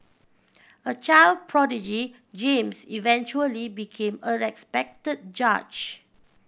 a child prodigy James eventually became a respect judge